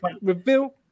reveal